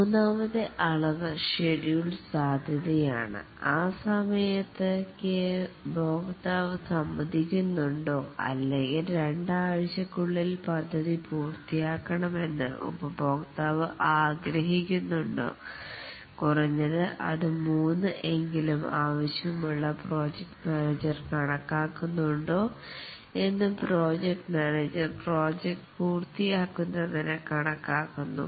മൂന്നാമത്തെ അളവ് ഷെഡ്യൂൾ സാധ്യതയാണ് ആ സമയത്തേക്ക് ഉപഭോക്താവ് സമ്മതിക്കുന്നുണ്ടോ അല്ലെങ്കിൽ രണ്ട് ആഴ്ചക്കുള്ളിൽ പദ്ധതി പൂർത്തിയാക്കണമെന്ന് ഉപഭോക്താവ് ആഗ്രഹിക്കുന്നുണ്ടോ കുറഞ്ഞത് അത് മൂന്ന് എങ്കിലും ആവശ്യമുള്ള പ്രോജക്റ്റ് മാനേജർ കണക്കാക്കുന്നു ഉണ്ടോ എന്ന് പ്രോജക്ട് മാനേജർ പ്രോജക്റ്റ് പൂർത്തിയാക്കുന്നതിന് കണക്കാക്കുന്നു